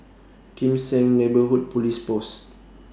Kim Seng Neighbourhood Police Post